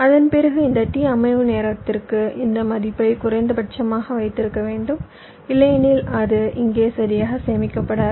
அதன்பிறகு இந்த t அமைவு நேரத்திற்கு இந்த மதிப்பை குறைந்தபட்சமாக வைத்திருக்க வேண்டும் இல்லையெனில் அது இங்கே சரியாக சேமிக்கப்படாது